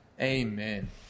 Amen